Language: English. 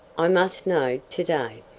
i must know to-day.